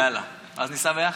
אז ניסע ביחד.